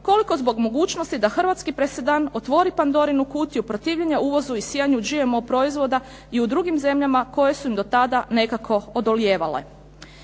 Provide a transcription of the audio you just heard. koliko zbog mogućnosti da hrvatski presedan otvori Pandorinu kutiju protivljenja uvozu i sijanju GMO proizvoda i u drugim zemljama koje su im do tada nekako odolijevale.